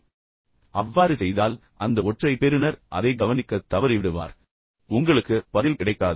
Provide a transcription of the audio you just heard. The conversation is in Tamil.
நீங்கள் அவ்வாறு செய்தால் அந்த ஒற்றை பெறுநர் அதை கவனிக்கத் தவறிவிடுவார் மற்றும் உங்களுக்கு பதில் கிடைக்காது